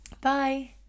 bye